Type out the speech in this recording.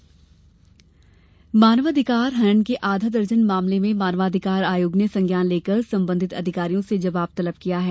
मानवाधिकार आयोग मानवाधिकार हनन के आधा दर्जन मामले में मानव अधिकार आयोग ने संज्ञान लेकर संबंधित अधिकारियों से जवाब तलब किया है